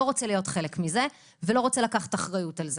רוצה להיות חלק מזה ולא רוצה לקחת אחריות על זה.